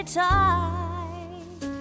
tight